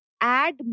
add